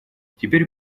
теперь